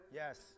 yes